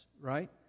right